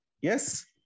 yes